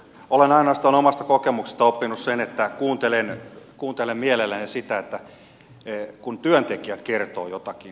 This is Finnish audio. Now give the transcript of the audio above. olen ainoastaan omasta kokemuksestani oppinut sen että kuuntelen mielelläni sitä kun työntekijät kertovat jotakin